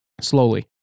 Slowly